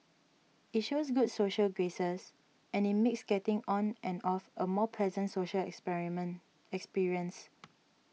it shows good social graces and it makes getting on and off a more pleasant social experience